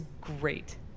great